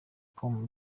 com